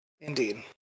Indeed